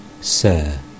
Sir